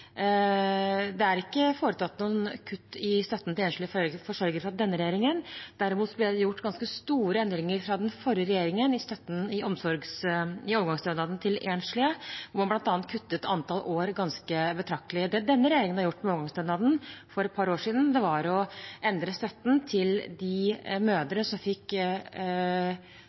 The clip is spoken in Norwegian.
Det er ikke foretatt noen kutt i støtten til enslige forsørgere av denne regjeringen. Derimot ble det gjort ganske store endringer av den forrige regjeringen i overgangsstønaden til enslige, hvor man bl.a. kuttet antall år ganske betraktelig. Det denne regjeringen har gjort med overgangsstønaden for et par år siden, var å endre støtten til de mødre som fikk